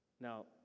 Now